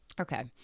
Okay